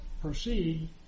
proceed